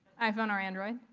iphone or android?